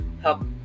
help